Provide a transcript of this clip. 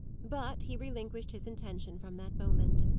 but he relinquished his intention from that moment.